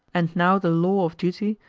and now the law of duty,